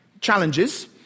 challenges